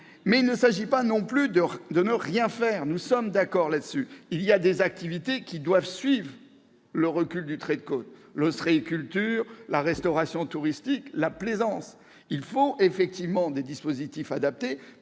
eaux. Il ne s'agit pas non plus de ne rien faire ; nous sommes d'accord sur le fait que certaines activités doivent suivre le recul du trait de côte- l'ostréiculture, la restauration touristique, la plaisance. Il faut effectivement des dispositifs adaptés